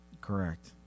correct